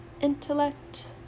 intellect